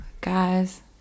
guys